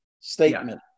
statement